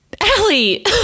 Allie